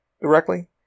directly